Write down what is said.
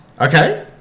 Okay